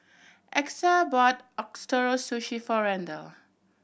Exa bought Ootoro Sushi for Randle